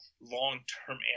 long-term